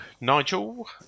Nigel